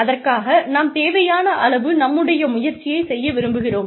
அதற்காக நாம் தேவையான அளவு நம்முடைய முயற்சியைச் செய்ய விரும்புகிறோம்